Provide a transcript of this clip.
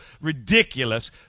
ridiculous